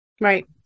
Right